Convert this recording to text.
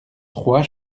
trois